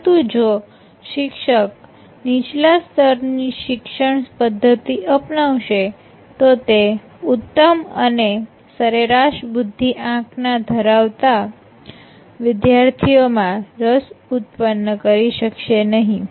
પરંતુ જો શિક્ષક નીચલા સ્તરની શિક્ષણ પદ્ધતિ અપનાવશે તો તે ઉત્તમ અને સરેરાશ બુદ્ધિ આંક ધરાવતા વિદ્યાર્થીઓ માં રસ ઉત્પન્ન કરી શકે નહિ